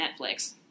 Netflix